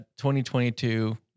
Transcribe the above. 2022